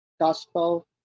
gospel